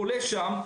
פולש שם,